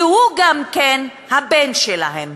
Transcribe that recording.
כי הוא גם כן הבן שלהם,